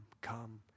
come